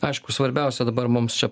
aišku svarbiausia dabar mums čia